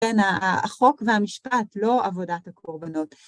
בין החוק והמשפט, לא עבודת הקורבנות.